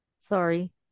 Sorry